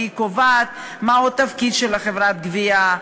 היא קובעת מה התפקיד של חברת הגבייה,